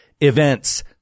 events